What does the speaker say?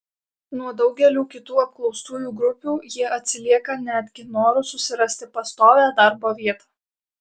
nuo daugelių kitų apklaustųjų grupių jie atsilieka netgi noru susirasti pastovią darbo vietą